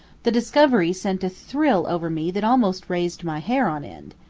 the discovery sent a thrill over me that almost raised my hair on end.